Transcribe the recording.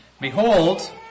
Behold